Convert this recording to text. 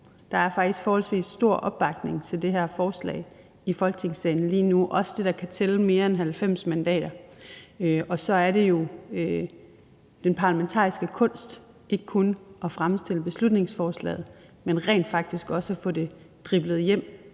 Der er faktisk forholdsvis stor opbakning til det her forslag i Folketingssalen lige nu, også det, der kan tælle mere end 90 mandater, og så er det jo den parlamentariske kunst ikke kun at fremstille beslutningsforslaget, men rent faktisk også at få det driblet hele